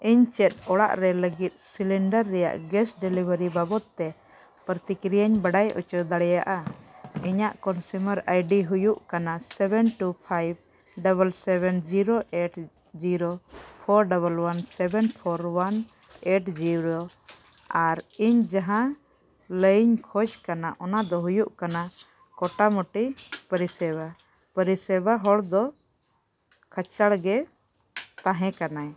ᱤᱧ ᱪᱮᱫ ᱚᱲᱟᱜ ᱨᱮ ᱞᱟᱹᱜᱤᱫ ᱥᱤᱞᱤᱱᱰᱟᱨ ᱨᱮᱭᱟᱜ ᱜᱮᱥ ᱰᱮᱞᱤᱵᱷᱟᱨᱤ ᱵᱟᱵᱚᱫᱽ ᱛᱮ ᱯᱨᱚᱛᱤᱠᱨᱤᱭᱟᱧ ᱵᱟᱰᱟᱭ ᱦᱚᱪᱚ ᱫᱟᱲᱮᱭᱟᱜᱼᱟ ᱤᱧᱟᱹᱜ ᱠᱚᱱᱡᱩᱢᱟᱨ ᱟᱭᱰᱤ ᱦᱩᱭᱩᱜ ᱠᱟᱱᱟ seven two five double seven zero eight zero four double one seven four one eight zero ᱟᱨ ᱤᱧ ᱡᱟᱦᱟᱸ ᱞᱟᱹᱭᱟᱹᱧ ᱠᱷᱚᱡᱽ ᱠᱟᱱᱟ ᱚᱱᱟᱫᱚ ᱦᱩᱭᱩᱜ ᱠᱟᱱᱟ ᱢᱳᱴᱟᱢᱩᱴᱤ ᱯᱚᱨᱤᱥᱮᱵᱟ ᱯᱚᱨᱤᱥᱮᱵᱟ ᱦᱚᱲ ᱫᱚ ᱠᱟᱸᱪᱟᱲ ᱜᱮ ᱛᱟᱦᱮᱸ ᱠᱟᱱᱟᱭ